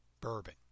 bourbon